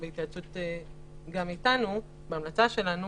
בהמלצה שלנו